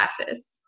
classes